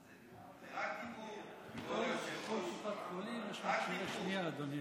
רק דיבור, כבוד היושב-ראש, רק דיבור.